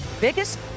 biggest